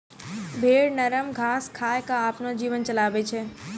भेड़ नरम घास खाय क आपनो जीवन चलाबै छै